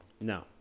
No